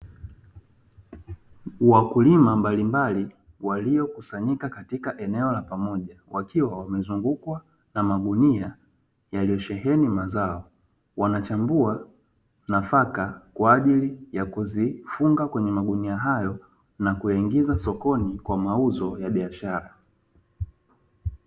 Wakulima mbali mbali waliokusanyika katika eneo la pamoja wakiwa wamezungukwa na magunia yaliyosheheni mazao, wanachambua nafaka kwa ajili ya kuzifunga kwenye magunia hayo na kuyaingiza sokoni kwa mauzo ya biashara.